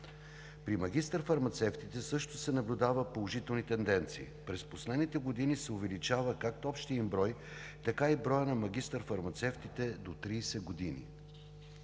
При магистър-фармацевтите също се наблюдава положителни тенденции. През последните години се увеличава както общият им брой, така и броят на магистър-фармацевтите до 30 години.